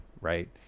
right